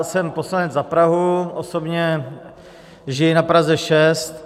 Jsem poslanec za Prahu, osobně žiji na Praze 6.